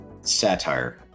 Satire